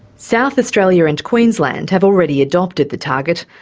south australia and queensland have already adopted the target.